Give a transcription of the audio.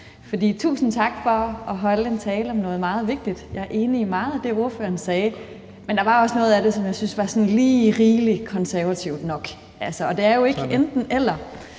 for tusind tak for at holde en tale om noget meget vigtigt. Jeg var enig i meget af det, ordføreren sagde, men der var også noget af det, som jeg syntes var sådan lige rigelig konservativt nok. Det er jo ikke enten-eller,